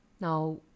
Now